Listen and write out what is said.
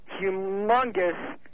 humongous